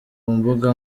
mbuga